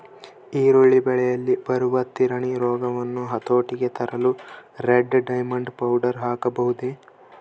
ಈರುಳ್ಳಿ ಬೆಳೆಯಲ್ಲಿ ಬರುವ ತಿರಣಿ ರೋಗವನ್ನು ಹತೋಟಿಗೆ ತರಲು ರೆಡ್ ಡೈಮಂಡ್ ಪೌಡರ್ ಹಾಕಬಹುದೇ?